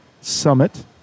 Summit